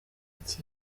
iki